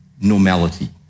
normality